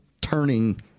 turning